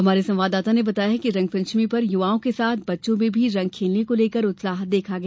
हमारे संवाददाता ने बताया है कि रंगपंचमी पर युवाओं के साथ बच्चों में भी रंग खेलने को लेकर उत्साह देखा गया